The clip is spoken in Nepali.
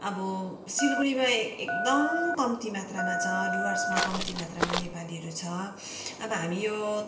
अब सिलगडीमा एकदम कम्ती मात्रामा छ डुवर्समा कम्ती मात्रामा नेपालीहरू छ अब हामी यो